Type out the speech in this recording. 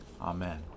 Amen